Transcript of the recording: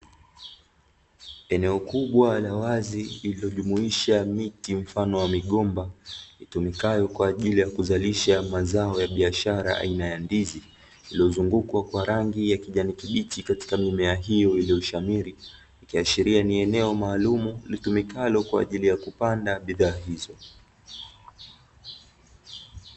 Eneo kubwa la wazi lililojumuisha miti mfano wa migomba, itumikayo kwa ajili ya kuzalisha mazao ya biashara aina ya ndizi, iliyozungukwa kwa rangi ya kijani kibichi katika mimea hiyo iliyoshamiri, ikiashiria ni eneo maalumu litumikalo kwa ajili ya kupanda bidhaa hizo.